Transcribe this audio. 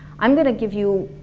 i'm gonna give you,